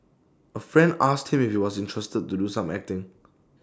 A friend asked him if he was interested to do some acting